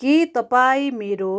के तपाईँ मेरो